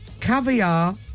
caviar